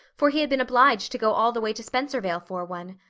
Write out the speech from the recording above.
for he had been obliged to go all the way to spencervale for one.